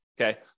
Okay